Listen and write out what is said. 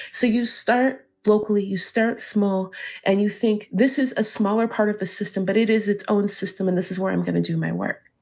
so you start locally, you start small and you think this is a smaller part of the system, but it is its own system and this is where i'm going to do my work